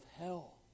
hell